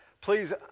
Please